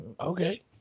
okay